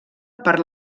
per